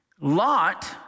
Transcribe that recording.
Lot